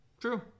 True